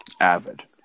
avid